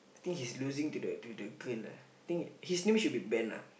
I think he's losing to the to the girl lah think his name should be Ben lah